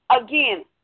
again